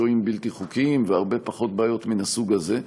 שוהים בלתי חוקיים והרבה פחות בעיות מן הסוג הזה.